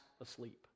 asleep